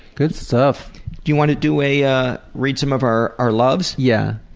good stuff. do you want to do a ah read some of our our loves? yeah.